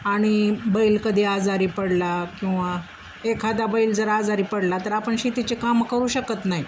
आणि बैल कधी आजारी पडला किंवा एखादा बैल जर आजारी पडला तर आपण शेतीचे कामं करू शकत नाही